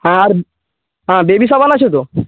হ্যাঁ আর হ্যাঁ বেবি সাবান আছে তো